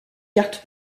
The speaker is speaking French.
cartes